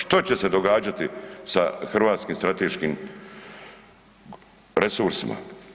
Što će se događati sa hrvatskim strateškim resursima?